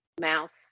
mouse